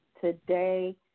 today